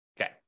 Okay